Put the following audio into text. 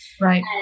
Right